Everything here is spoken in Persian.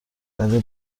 برای